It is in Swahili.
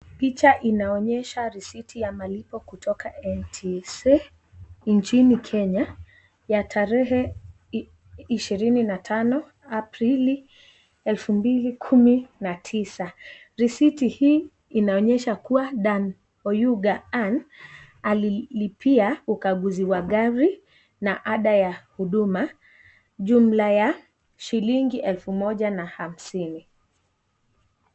Picha inaonyosha receipt ya malipo kutoka NTSA inchini Kenya, ya tarehe,25/04/2019. Receipt hii inaonyesha kuwa Dan Oyuga Ann, alilipia ukaguzi wa gari na ada ya huduma, jumla ya shilingi elfu moja na hamsini.